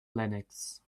linux